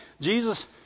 Jesus